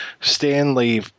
Stanley